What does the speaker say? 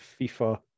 FIFA